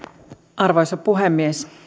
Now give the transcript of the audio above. arvoisa puhemies